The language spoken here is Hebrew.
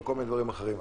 וכל מיני דברים אחרים.